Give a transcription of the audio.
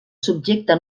subjecte